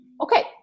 Okay